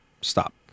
stop